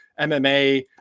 MMA